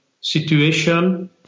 situation